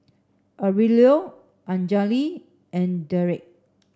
Aurelio Anjali and Dereck